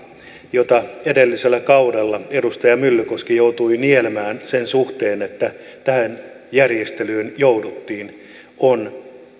jota edellisellä kaudella edustaja myllykoski joutui nielemään sen suhteen että tähän järjestelyyn jouduttiin on